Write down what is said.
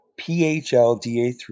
PHLDA3